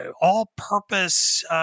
all-purpose